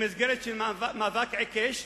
במסגרת מאבק עיקש,